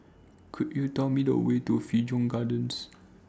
Could YOU Tell Me The Way to Figaro Gardens